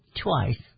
Twice